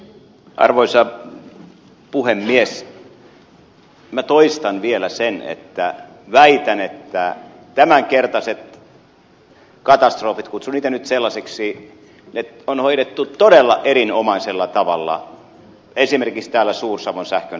minä toistan vielä sen että väitän että tämänkertaiset katastrofit kutsun niitä nyt sellaisiksi on hoidettu todella erinomaisella tavalla esimerkiksi täällä suur savon sähkön alueella